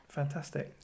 fantastic